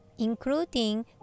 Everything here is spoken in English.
Including